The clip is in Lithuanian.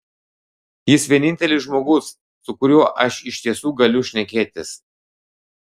jis vienintelis žmogus su kuriuo aš iš tiesų galiu šnekėtis